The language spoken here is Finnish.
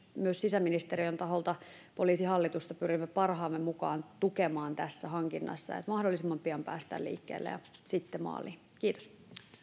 myös sisäministeriön taholta poliisihallitusta pyrimme parhaamme mukaan tukemaan tässä hankinnassa että mahdollisimman pian päästään liikkeelle ja sitten maaliin kiitos